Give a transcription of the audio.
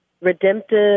redemptive